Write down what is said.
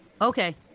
Okay